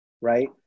right